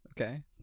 Okay